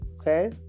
Okay